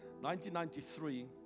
1993